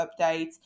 updates